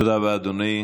תודה רבה, אדוני.